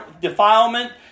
defilement